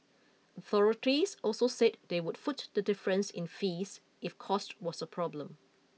authorities also said they would foot the difference in fees if cost was a problem